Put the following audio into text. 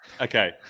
Okay